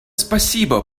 спасибо